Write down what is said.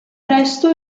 presto